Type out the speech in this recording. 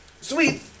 sweet